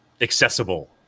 accessible